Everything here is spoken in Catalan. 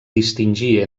distingir